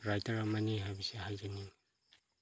writer ꯑꯃꯅꯤ ꯍꯥꯏꯕꯁꯦ ꯍꯥꯏꯖꯅꯤꯡꯏ